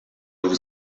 vous